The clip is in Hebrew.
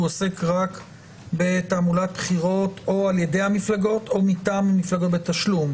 הוא עוסק רק בתעמולת בחירות או על-ידי המפלגות או מטעם המפלגות בתשלום.